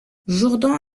jourdan